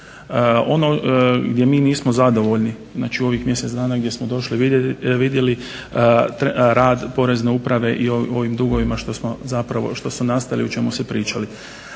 Ono gdje mi nismo zadovoljni, znači u ovih mjesec dana gdje smo došli, vidjeli rad Porezne uprave i ovim dugovima što smo zapravo, što su nastali